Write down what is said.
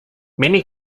many